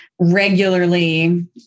regularly